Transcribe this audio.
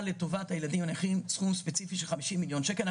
לטובת הילדים הנכים סכום ספציפי של 50 מיליון שקלים.